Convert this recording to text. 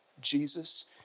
Jesus